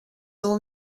all